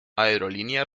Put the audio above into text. aerolínea